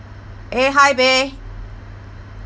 eh hi beh